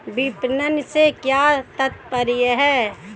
विपणन से क्या तात्पर्य है?